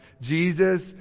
Jesus